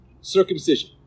circumcision